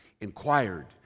inquired